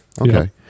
Okay